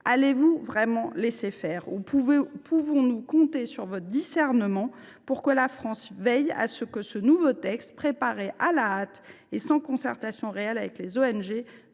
Allez vous réellement laisser faire, ou pouvons nous compter sur votre discernement pour que la France veille à ce que ce nouveau texte, préparé à la hâte, sans concertation réelle avec les ONG,